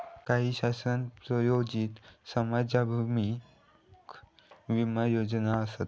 काही शासन प्रायोजित समाजाभिमुख विमा योजना आसत